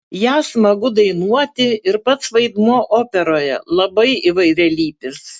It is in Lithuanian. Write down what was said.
ją smagu dainuoti ir pats vaidmuo operoje labai įvairialypis